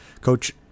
coach